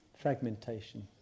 Fragmentation